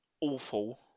awful